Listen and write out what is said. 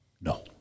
No